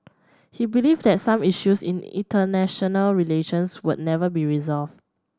he believed that some issues in international relations would never be resolved